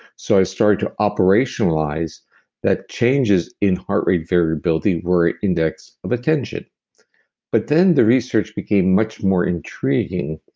so i started to operationalize that changes in heart rate variability were index of attention but then, the research became much more intriguing,